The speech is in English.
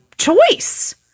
choice